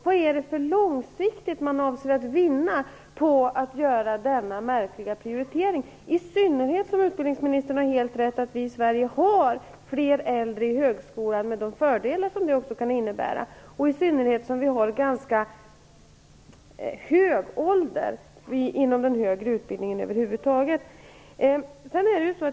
Vad är det man långsiktigt avser att vinna på att göra denna märkliga prioritering, i synnerhet som utbildningsministern har helt rätt i att vi i Sverige har många äldre i högskolan, med de fördelar som det också kan innebära, och i synnerhet som vi har ganska hög ålder inom den högre utbildningen över huvud taget?